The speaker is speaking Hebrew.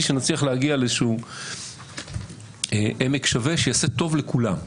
שנצליח להגיע לאיזשהו עמק שווה שיעשה טוב לכולם.